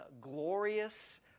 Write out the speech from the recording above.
glorious